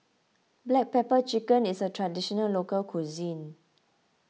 Black Pepper Chicken is a Traditional Local Cuisine